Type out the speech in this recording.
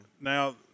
now